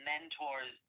mentors